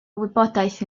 wybodaeth